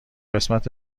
قسمت